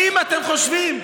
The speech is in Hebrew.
האם אתם חושבים,